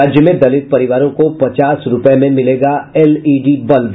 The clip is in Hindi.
राज्य में दलित परिवारों को पचास रूपये में मिलेगा एलईडी बल्ब